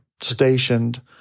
stationed